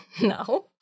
No